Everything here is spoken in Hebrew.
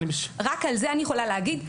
רק על זה אני יכולה להגיד,